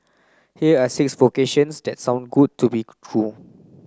here are six vocations that sound good to be true